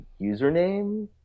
username